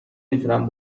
میتونم